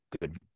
good